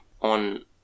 on